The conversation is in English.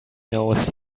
knows